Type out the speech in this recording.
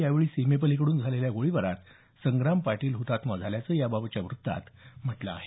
यावेळी सीमेपलिकडून झालेल्या गोळीबारात संग्राम पाटील हुतात्मा झाल्याचं याबाबतच्या वृत्तात म्हटलं आहे